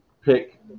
pick